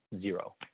zero